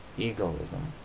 egoism?